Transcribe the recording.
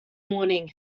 morning